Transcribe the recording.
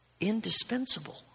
Indispensable